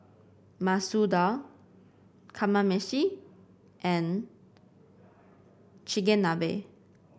Masoor Dal Kamameshi and Chigenabe